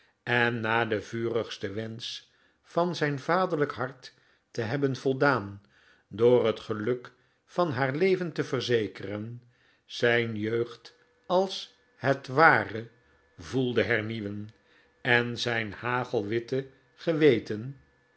en na den vurigsten wensch van zijn vaderlijk hart te hebben voldaan door het geluk van haar leven te verzekeren zijn jeugd als het ware voelde hernieuwen en zijn hagelwitte geweten